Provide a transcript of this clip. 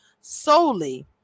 solely